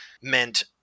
meant